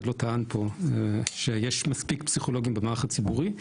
פה לא טען שיש מספיק פסיכולוגים במערך הציבורי,